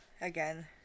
Again